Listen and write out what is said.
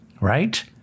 right